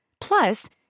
Plus